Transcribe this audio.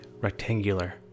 rectangular